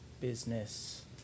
business